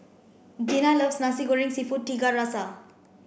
Gena loves Nasi Goreng seafood Tiga Rasa